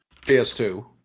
PS2